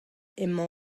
emañ